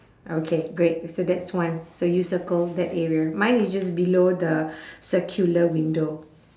okay great so that's one so you circle that area mine is just below the circular window